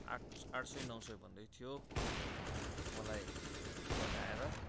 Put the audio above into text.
आठ आठ सय नौ सय भन्दै थियो र मलाई घटाएर